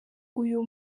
uyu